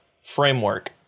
framework